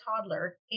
toddler